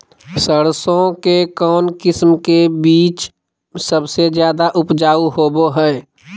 सरसों के कौन किस्म के बीच सबसे ज्यादा उपजाऊ होबो हय?